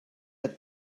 hat